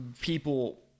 people